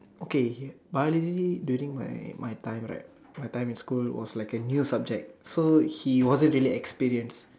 okay but I really during my my time right my time in school was like a new subject so he wasn't really experience